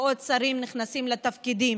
ועוד שרים נכנסים לתפקידים